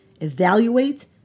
evaluate